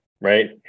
right